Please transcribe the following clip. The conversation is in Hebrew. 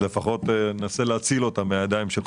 לפחות ננסה להציל אותה מהידיים שלכם.